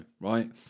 right